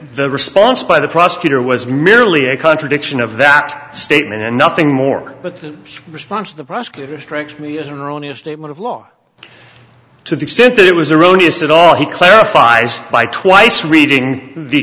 the response by the prosecutor was merely a contradiction of that statement and nothing more but the response of the prosecutor strikes me as an erroneous statement of law to the extent that it was a road is that all he clarifies by twice reading the